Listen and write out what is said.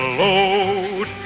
load